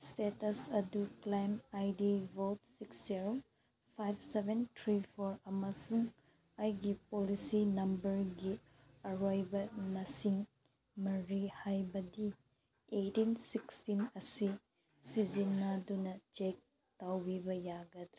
status ꯑꯗꯨ claim I D four six zero five seven three four ꯑꯃꯁꯨꯡ ꯑꯩꯒꯤ policy ꯅꯝꯕꯔꯒꯤ ꯑꯔꯣꯏꯕ ꯃꯁꯤꯡ ꯃꯔꯤ ꯍꯥꯏꯕꯗꯤ ꯑꯩꯠꯇꯤꯟ ꯁꯤꯛꯁꯇꯤꯟ ꯑꯁꯤ ꯁꯤꯖꯤꯟꯅꯗꯨꯅ ꯆꯦꯛ ꯇꯧꯕꯤꯕ ꯌꯥꯒꯗ꯭ꯔꯥ